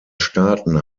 staaten